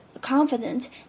confident